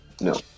No